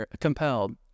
compelled